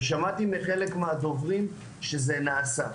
ושמעתי מחלק מהדוברים שזה נעשה.